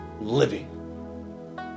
living